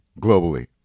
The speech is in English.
globally